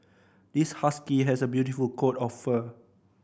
this husky has a beautiful coat of fur